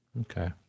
Okay